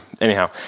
Anyhow